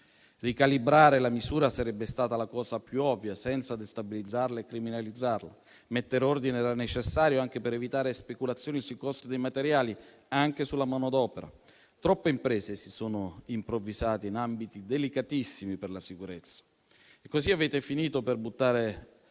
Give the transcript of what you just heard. Ricalibrare la misura sarebbe stata la cosa più ovvia, senza destabilizzarla e criminalizzarla. Mettere ordine era necessario, anche per evitare speculazioni sui costi dei materiali e anche sulla manodopera. Troppe imprese si sono improvvisate in ambiti delicatissimi per la sicurezza e così avete finito per buttare